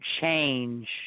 change